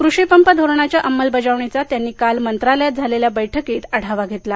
कृषी पंप धोरणाच्या अंमलबजावणीचा त्यांनी काल मंत्रालयात झालेल्या बैठकीत आढावा घेतला